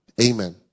Amen